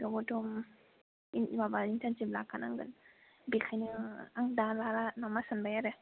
जोबदों ना माबा इनथर्नसिप लाखा नांगोन बिखायनो आं दा लाला नामा सानबाय आरो